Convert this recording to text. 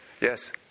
Yes